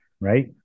right